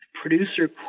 producer